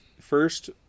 first